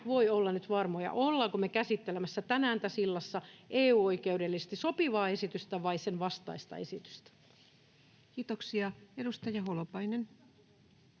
voi olla nyt varmoja, ollaanko me käsittelemässä tänään tässä illassa EU-oikeudellisesti sopivaa esitystä vai sen vastaista esitystä. [Speech 253] Speaker: